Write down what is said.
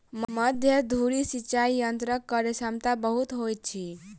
मध्य धुरी सिचाई यंत्रक कार्यक्षमता बहुत होइत अछि